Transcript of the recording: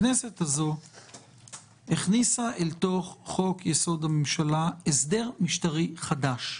הכנסת הקודמת הכניסה אל תוך חוק-יסוד: הממשלה הסדר משטרי חדש.